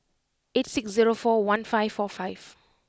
eight six zero four one five four five